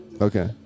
Okay